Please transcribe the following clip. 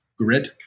grit